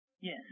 Yes